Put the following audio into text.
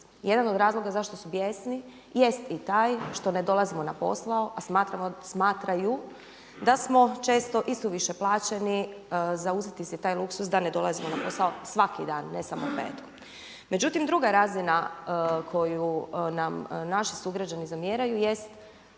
Jedan od razloga zašto su bijesni jest i taj što ne dolazimo na posao a smatraju da smo često isuviše plaćeni …/Ne razumije se./… da ne dolazimo na posao svaki dan ne samo petkom. Međutim, druga razina koju nam naši sugrađani zamjeraju jest